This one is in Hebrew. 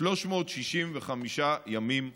365 ימים בשנה.